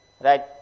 right